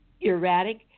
erratic